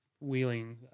wheeling